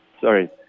sorry